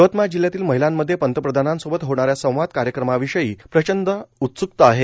यवतमाळ जिल्ह्यातील महिलांमध्ये पंतप्रधानसोबत होणाऱ्या संवाद कार्यक्रमाविषयी प्रचंड उत्सूकता आहे